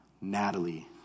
Natalie